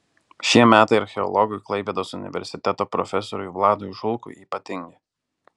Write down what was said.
šie metai archeologui klaipėdos universiteto profesoriui vladui žulkui ypatingi